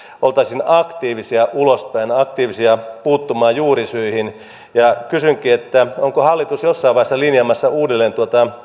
oltaisiin aktiivisia ulospäin aktiivisia puuttumaan juurisyihin kysynkin onko hallitus jossain vaiheessa linjaamassa uudelleen